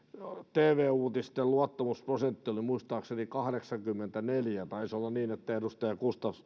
tv uutisten luottamusprosentti oli muistaakseni kahdeksankymmentäneljä taisi olla niin että edustaja